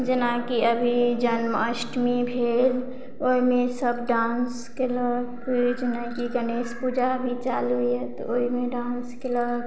जेनाकि अभी जन्माष्टमी भेल ओहिमे सब डांस केलक जेनाकि गणेश पूजा भी चालू यऽ तऽ ओहिमे डांस केलक